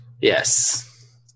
Yes